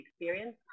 experience